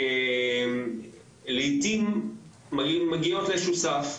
לעיתים מגיעות לאיזשהו סף.